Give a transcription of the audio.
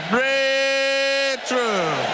Breakthrough